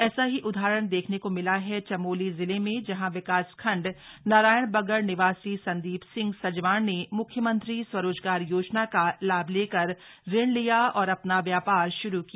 ऐसा ही उदाहरण देखने को मिला है चमोली जिले में जहां विकासखंड नारायणबगड़ निवासी संदी सिंह सजवाण ने म्र्ख्यमंत्री स्वरोजगार योजना का लाभ लेकर ऋण लिया और अ ना व्या ार शुरू किया